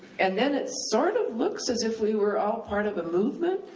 and then it sort of looks as if we were all part of a movement,